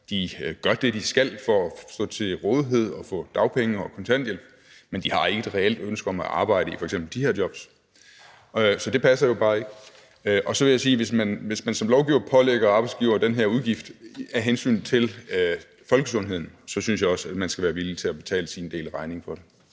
gør det, de skal for at stå til rådighed og få dagpenge eller kontanthjælp, men de har ikke et reelt ønske om at arbejde i f.eks. de her jobs. Så det passer bare ikke. Så vil jeg sige, at hvis man som lovgiver pålægger arbejdsgivere den her udgift af hensyn til folkesundheden, så synes jeg også, at man skal være villig til at betale sin del af regningen for det.